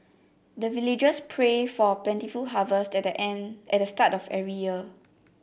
the villagers pray for plentiful harvest at an at the start of every year